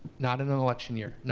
not in an election year.